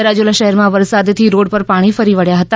રાજુલા શહેરમાં વરસાદથી રોડ પર પાણી ફરી વળ્યા હતા